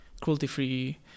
cruelty-free